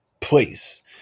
place